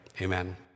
amen